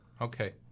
okay